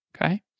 Okay